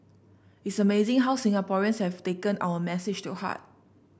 it's amazing how Singaporeans have taken our message to heart